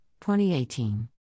2018